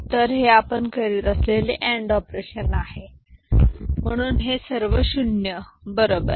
तर हे आपण करीत असलेले अँड ऑपरेशन आहे म्हणून हे सर्व 0 बरोबर आहे